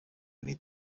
nit